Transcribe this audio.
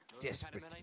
Desperate